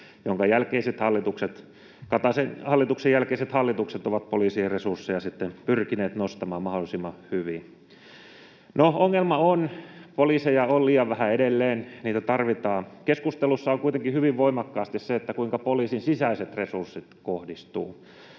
jälkeiset hallitukset, ovat poliisien resursseja sitten pyrkineet nostamaan mahdollisimman hyvin. No, ongelma on, poliiseja on liian vähän edelleen, niitä tarvitaan. Keskustelussa on kuitenkin hyvin voimakkaasti se, kuinka poliisin sisäiset resurssit kohdistuvat.